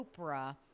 oprah